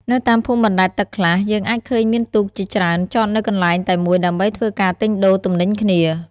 នៅតាមភូមិបណ្ដែតទឹកខ្លះ យើងអាចឃើញមានទូកជាច្រើនចតនៅកន្លែងតែមួយដើម្បីធ្វើការទិញដូរទំនិញគ្នា។